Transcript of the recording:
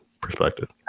perspective